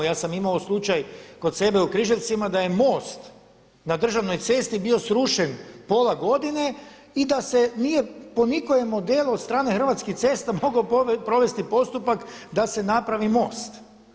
Ja sam imao slučaj kod sebe u Križevcima da je most na državnoj cesti bio srušen pola godine i da se nije po nikojem modelu od strane Hrvatskih cesta mogao provesti postupak da se napravi most.